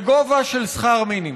בגובה של שכר מינימום,